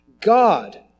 God